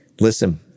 listen